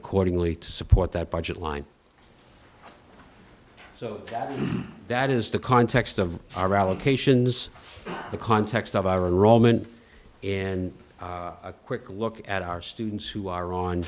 accordingly to support that budget line so that is the context of our allocations the context of our roman and a quick look at our students who are